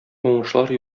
уңышлар